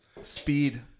Speed